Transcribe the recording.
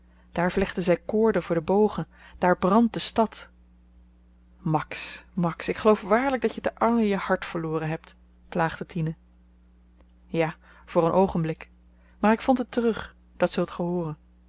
daar vlechten zy koorden voor de bogen daar brandt de stad max max ik geloof waarlyk dat je te arles je hart verloren hebt plaagde tine ja voor een oogenblik maar ik vond het terug dat